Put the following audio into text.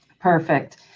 Perfect